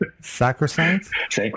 Sacrosanct